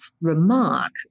remark